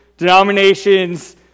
denominations